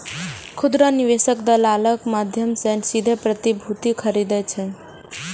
खुदरा निवेशक दलालक माध्यम सं सीधे प्रतिभूति खरीदै छै